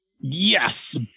Yes